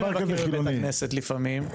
כשאני הולך לבית הכנסת לפעמים,